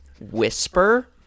whisper